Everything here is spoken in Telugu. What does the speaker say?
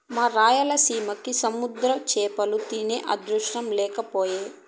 మా రాయలసీమకి సముద్ర చేపలు తినే అదృష్టం లేకపాయె